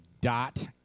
dot